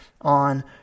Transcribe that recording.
on